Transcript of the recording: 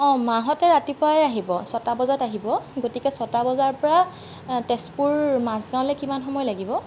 অঁ মাহঁতে ৰাতিপুৱাই আহিব ছটা বজাত আহিব গতিকে ছটা বজাৰ পৰা তেজপুৰ মাজগাঁৱলৈ কিমান সময় লাগিব